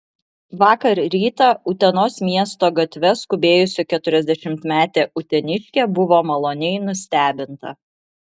vakar rytą utenos miesto gatve skubėjusi keturiasdešimtmetė uteniškė buvo maloniai nustebinta